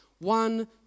one